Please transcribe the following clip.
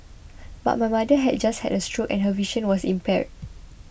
but my mother had just had a stroke and her vision was impaired